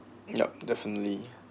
yup definitely